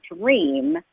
dream